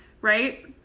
right